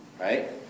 Right